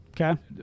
okay